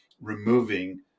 removing